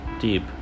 deep